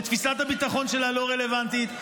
שתפיסת הביטחון שלה לא רלוונטית,